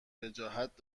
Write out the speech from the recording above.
وجاهت